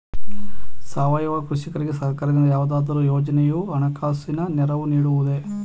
ಸಾವಯವ ಕೃಷಿಕರಿಗೆ ಸರ್ಕಾರದ ಯಾವುದಾದರು ಯೋಜನೆಯು ಹಣಕಾಸಿನ ನೆರವು ನೀಡುವುದೇ?